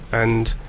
and,